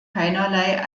keinerlei